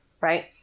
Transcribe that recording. right